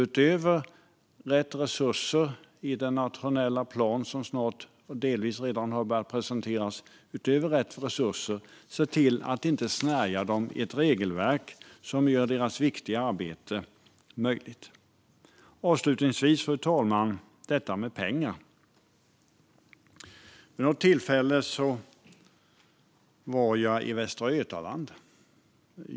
Utöver rätt resurser i den nationella plan som delvis redan har börjat presenteras måste vi alltså se till att inte snärja dem i ett regelverk utan i stället göra deras viktiga arbete möjligt. Avslutningsvis, fru talman, detta med pengar. Vid något tillfälle var jag i Västra Götaland.